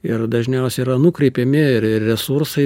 ir dažniausiai yra nukreipiami re resursai